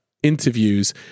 interviews